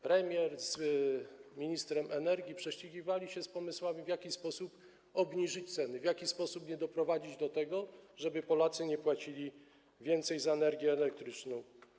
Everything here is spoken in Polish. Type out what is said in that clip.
Premier z ministrem energii prześcigali się w pomysłach, w jaki sposób obniżyć ceny, w jaki sposób nie doprowadzić do tego, żeby Polacy nie płacili więcej za energię elektryczną.